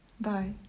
bye